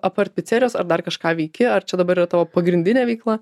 apart picerijos ar dar kažką veiki ar čia dabar yra tavo pagrindinė veikla